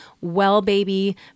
well-baby